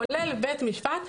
כולל בית משפט,